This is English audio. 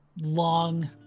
long